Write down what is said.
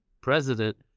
president